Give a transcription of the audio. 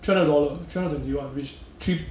three hundred dollar three hundred and twenty one which three